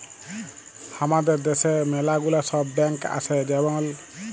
হামাদের দ্যাশে ম্যালা গুলা সব ব্যাঙ্ক আসে যেমল